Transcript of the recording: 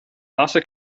nasse